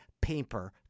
paper